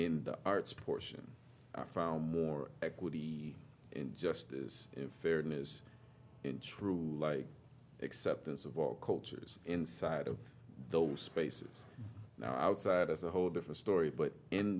in the arts portion i found more equity in justice and fairness in true like acceptance of all cultures inside of those spaces outside as a whole different story but in